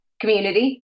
community